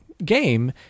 Game